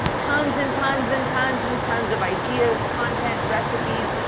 tons and tons and tons and tons of ideas, content, recipes,